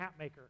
Hatmaker